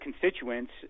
constituents